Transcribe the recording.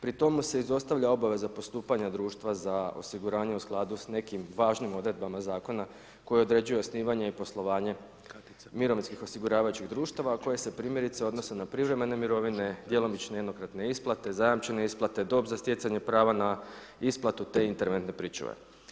Pri tomu se izostavlja obveza postupanja društva za osiguranje u skladu s nekim važnim odredbama Zakona koje određuje osnivanje i poslovanje Mirovinskih osiguravajućih društava, a koje se primjerice odnose na privremene mirovine, djelomične i jednokratne isplate, zajamčene isplate, dob za stjecanje prava na isplatu, te interventne pričuve.